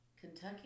Kentucky